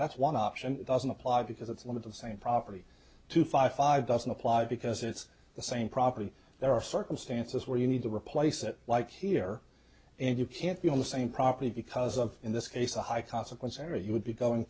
that's one option doesn't apply because it's one of the same property two five five doesn't apply because it's the same property there are circumstances where you need to replace it like here and you can't be on the same property because of in this case a high consequence area you would be going